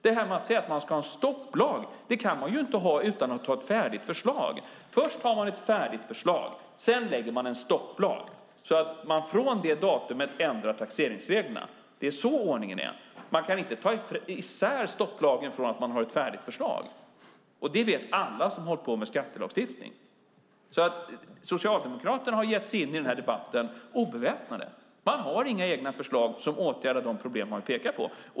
Man kan inte säga att man ska ha en stopplag utan att ha ett färdigt förslag. Först har man ett färdigt förslag. Sedan stiftar man en stopplag så att man från det datumet ändrar taxeringsreglerna. Det är så ordningen är. Man kan inte skilja stopplagen från att ha ett färdigt förslag. Det vet alla som håller på med skattelagstiftning. Socialdemokraterna har gett sig in i den här debatten obeväpnade. Man har inga egna förslag som åtgärdar de problem man pekar på.